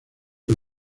que